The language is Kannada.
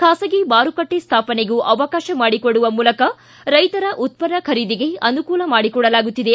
ಖಾಸಗಿ ಮಾರುಕಟ್ಟೆ ಸ್ಥಾಪನೆಗೂ ಅವಕಾಶ ಮಾಡಿಕೊಡುವ ಮೂಲಕ ರೈತರ ಉತ್ಪನ್ನ ಖರೀದಿಗೆ ಅನುಕೂಲ ಮಾಡಿಕೊಡಲಾಗುತ್ತಿದೆ